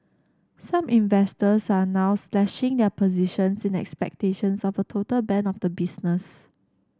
some investors are now slashing their positions in expectations of a total ban of the business